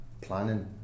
planning